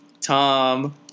Tom